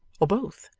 or both,